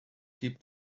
keep